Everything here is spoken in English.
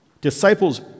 disciples